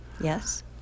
Yes